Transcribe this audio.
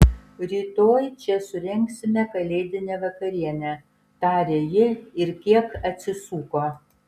rytoj čia surengsime kalėdinę vakarienę tarė ji ir kiek atsisuko